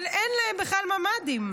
אבל אין להם בכלל ממ"דים?